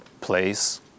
place